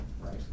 right